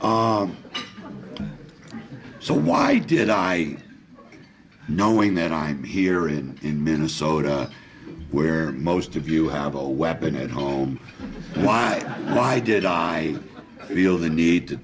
yahoo so why did i knowing that i'm hearing in minnesota where most of you have a weapon at home while why did i feel the need to